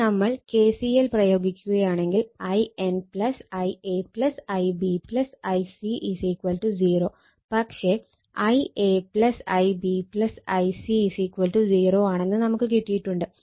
ഇനി നമ്മൾ KCL പ്രയോഗിക്കുകയാണെങ്കിൽ In Ia Ib Ic 0 പക്ഷെ Ia Ib Ic 0 ആണെന്ന് നമുക്ക് കിട്ടിയിട്ടുണ്ട്